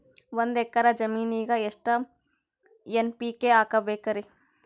ಒಂದ್ ಎಕ್ಕರ ಜಮೀನಗ ಎಷ್ಟು ಎನ್.ಪಿ.ಕೆ ಹಾಕಬೇಕರಿ?